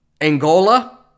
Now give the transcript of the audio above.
Angola